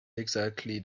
exactly